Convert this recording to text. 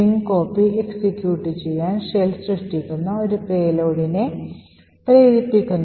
string copy execute ചെയ്യാൻ shell സൃഷ്ടിക്കുന്ന ഒരു പേലോഡിനെ പ്രേരിപ്പിക്കുന്നു